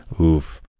Oof